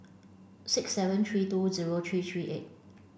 six seven three two zero three three eight